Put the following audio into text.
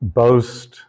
boast